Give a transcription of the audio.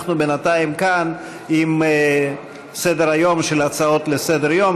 אנחנו בינתיים כאן עם סדר-היום של הצעות לסדר-יום,